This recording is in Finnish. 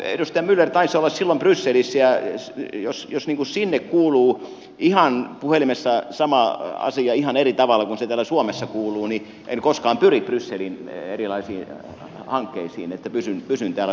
edustaja myller taisi olla silloin brysselissä ja jos sinne kuuluu puhelimessa sama asia ihan eri tavalla kuin se täällä suomessa kuuluu niin en koskaan pyri brysseliin erilaisiin hankkeisiin vaan pysyn täällä suomessa kernaasti